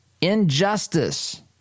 injustice